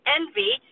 envy